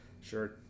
Sure